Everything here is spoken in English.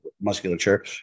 musculature